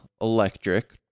electric